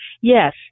Yes